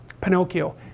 Pinocchio